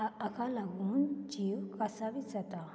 आ हाका लागून जीव कासावीस जाता